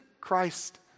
Christ